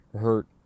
hurt